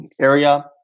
area